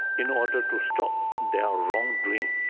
in order to stop their wrong doing,